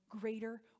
greater